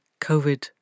COVID